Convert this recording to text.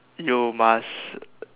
you must